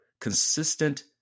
consistent